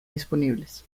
disponibles